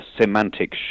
semantic